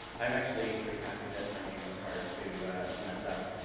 i'm actually pretty happy that my name was hard to to mess up.